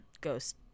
ghost